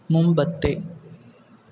മുൻപത്തെ